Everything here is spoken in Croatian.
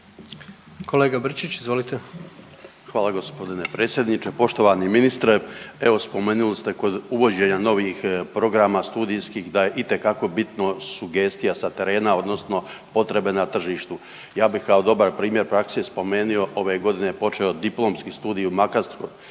**Brčić, Luka (HDZ)** Hvala g. predsjedniče. Poštovani ministre, evo spomenuli ste kod uvođenja novih programa studijskih da je itekako bitno sugestija sa terena odnosno potreba na tržištu. Ja bih kao dobar primjer prakse spomenio, ove godine je počeo diplomski studij u Makarskoj,